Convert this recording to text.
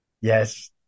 Yes